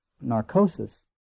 narcosis